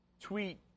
tweet